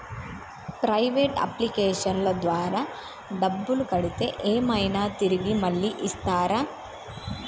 Private అప్లికేషన్ల ద్వారా డబ్బులు కడితే ఏమైనా తిరిగి మళ్ళీ ఇస్తరా?